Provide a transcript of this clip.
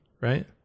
right